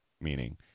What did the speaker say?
meaning